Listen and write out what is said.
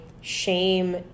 shame